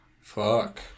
Fuck